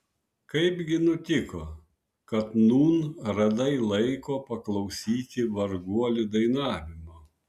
kaipgi nutiko kad nūn radai laiko paklausyti varguolių dainavimo